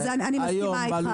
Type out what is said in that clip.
אני מסכימה אתך.